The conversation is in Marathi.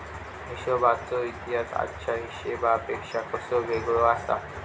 हिशोबाचो इतिहास आजच्या हिशेबापेक्षा कसो वेगळो आसा?